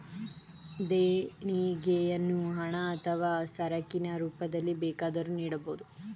ದೇಣಿಗೆಯನ್ನು ಹಣ ಅಥವಾ ಸರಕಿನ ರೂಪದಲ್ಲಿ ಬೇಕಾದರೂ ನೀಡಬೋದು